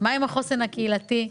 מה עם החוסן הקהילתי?